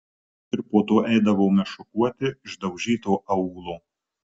ir po to eidavome šukuoti išdaužyto aūlo